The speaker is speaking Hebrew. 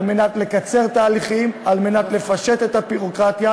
על מנת לקצר תהליכים, על מנת לפשט את הביורוקרטיה,